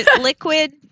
Liquid